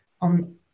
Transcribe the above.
on